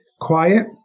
quiet